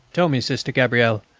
tell me, sister gabrielle,